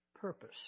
purpose